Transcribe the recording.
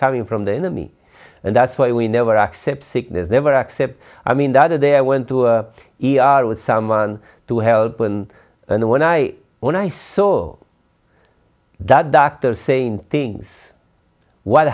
coming from the enemy and that's why we never accept sickness never accept i mean the other day i went to e r with someone to help and when i when i saw that doctor saying things what